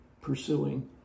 pursuing